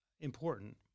important